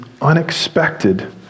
unexpected